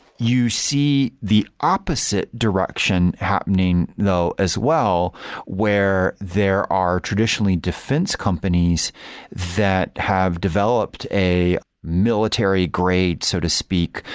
you see the opposite direction happening though as well where there are traditionally defense companies that have developed a military grade, so to speak,